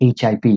HIV